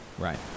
right